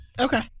Okay